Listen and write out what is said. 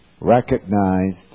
Recognized